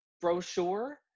brochure